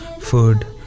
food